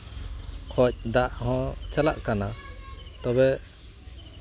ᱠᱷᱚᱱ ᱫᱟᱜ ᱦᱚᱸ ᱪᱟᱞᱟᱜ ᱠᱟᱱᱟ ᱛᱚᱵᱮ